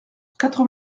quatre